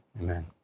Amen